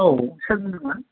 औ सोर बुंदोंमोन